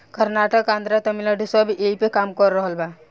कर्नाटक, आन्द्रा, तमिलनाडू सब ऐइपे काम कर रहल बा